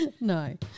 No